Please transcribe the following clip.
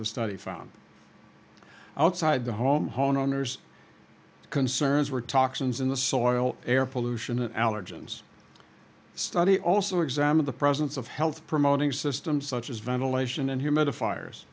the study found outside the home homeowner's concerns were toxins in the soil air pollution allergens study also examine the presence of health promoting systems such as ventilation and humidifiers